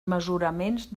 mesuraments